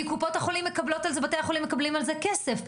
בתי החולים מקבלים על זה כסף.